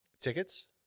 Tickets